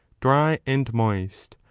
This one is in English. dry and moist,